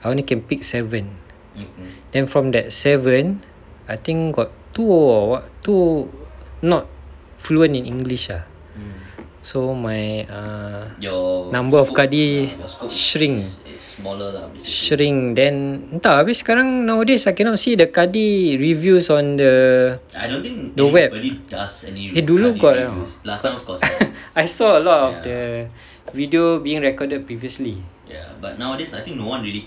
I only can pick seven then from that seven I think got two or two not fluent in english ah so my err number of kadi shrink shrink then entah abeh sekarang nowadays I cannot see the kadi reviews on the web eh dulu got or not I saw a lot of the video being recorded previously